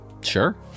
Sure